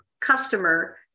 customer